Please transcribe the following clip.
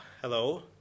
Hello